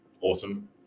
awesome